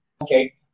okay